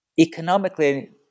economically